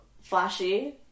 flashy